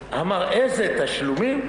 אמר: איזה תשלומים?